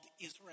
Israel